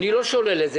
אני לא שולל את זה.